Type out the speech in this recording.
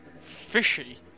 Fishy